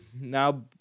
now